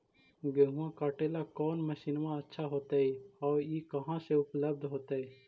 गेहुआ काटेला कौन मशीनमा अच्छा होतई और ई कहा से उपल्ब्ध होतई?